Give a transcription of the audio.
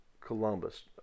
Columbus